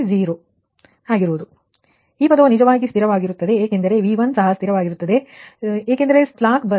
0 ಈ ಪದವು ನಿಜವಾಗಿ ಸ್ಥಿರವಾಗಿರುತ್ತದೆ ಏಕೆಂದರೆ V1 ಸಹ ಸ್ಥಿರವಾಗಿರುತ್ತದೆ ಏಕೆಂದರೆ ನಿಮ್ಮ ಸ್ಲಾಕ್ ಬಸ್